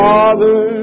Father